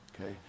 Okay